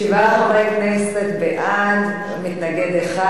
שבעה חברי כנסת בעד, מתנגד אחד.